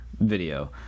video